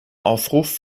aufruf